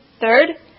Third